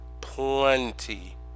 plenty